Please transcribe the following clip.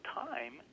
time